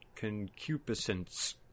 concupiscence